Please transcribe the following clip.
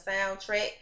soundtrack